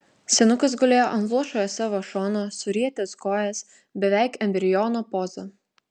senukas gulėjo ant luošojo savo šono surietęs kojas beveik embriono poza